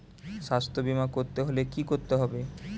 স্বাস্থ্যবীমা করতে হলে কি করতে হবে?